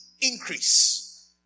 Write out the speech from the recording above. increase